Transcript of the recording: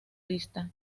lista